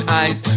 eyes